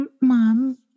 mom